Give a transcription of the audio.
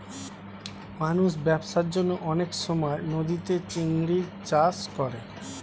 মানুষ ব্যবসার জন্যে অনেক সময় নদীতে চিংড়ির চাষ করে